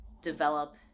develop